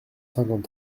cinquante